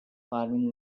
farming